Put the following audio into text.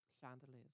chandeliers